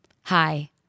hi